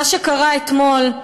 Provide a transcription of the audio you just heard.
מה שקרה אתמול,